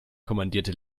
kommandierte